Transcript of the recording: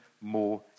more